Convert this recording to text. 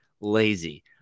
lazy